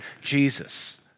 Jesus